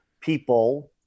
people